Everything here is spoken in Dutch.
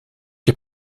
heb